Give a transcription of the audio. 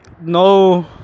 no